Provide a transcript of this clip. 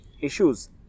issues